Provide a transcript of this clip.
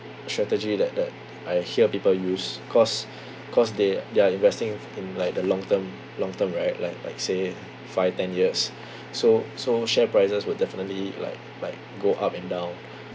strategy that that I hear people use cause cause they they're investing in in like the long term long term right like like say five ten years so so share prices will definitely like like go up and down